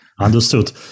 Understood